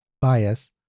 bias